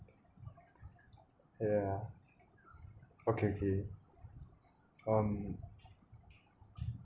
ya okay okay um